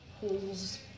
holes